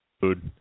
food